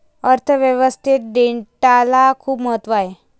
अर्थ व्यवस्थेत डेटाला खूप महत्त्व आहे